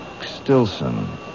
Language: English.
Stilson